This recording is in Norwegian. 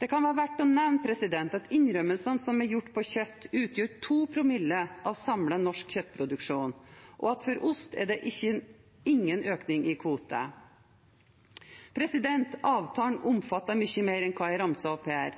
Det kan være verdt å nevne at innrømmelsene som er gjort på kjøtt, utgjør 2 promille av samlet norsk kjøttproduksjon, og at for ost er det ingen økning i kvote. Avtalen omfatter mye mer enn hva jeg ramser opp her.